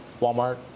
walmart